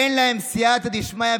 אין להם סייעתא דשמיא,